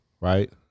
right